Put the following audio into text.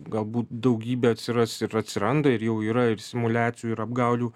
galbūt daugybė atsiras ir atsiranda ir jau yra ir simuliacijų ir apgaulių